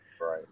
right